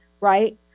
right